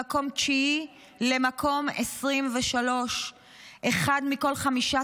ממקום תשיעי למקום 23. אחד מכל חמישה